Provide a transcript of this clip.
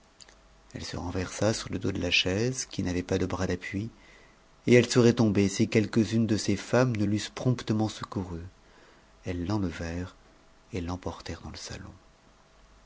elle se renversa sur le dos de la chaise qui n'avait pas c bras d'appui et elle serait tombée si quelques-unes de ses femmes ne toussent promptement secourue elles l'enlevèrent et l'emportèrent ans salon